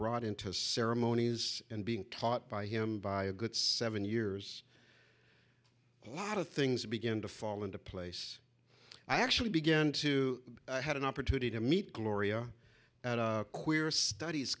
brought into ceremonies and being taught by him by a good seven years a lot of things begin to fall into place i actually began to i had an opportunity to meet gloria at a queer studies